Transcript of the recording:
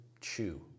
chew